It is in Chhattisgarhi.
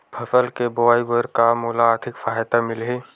फसल के बोआई बर का मोला आर्थिक सहायता मिलही?